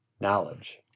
Knowledge